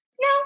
no